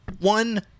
One